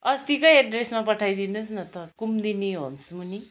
अस्तिकै एड्रेसमा पठाइदिनोस् न त कुमुदिनी होम्स मुनि